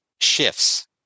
shifts